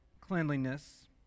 cleanliness